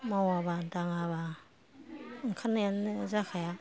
मावाबा दाङाबा ओंखारनायानो जाखाया